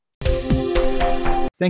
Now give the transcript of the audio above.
Thank